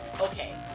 okay